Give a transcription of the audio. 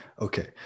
Okay